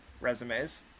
resumes